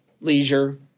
leisure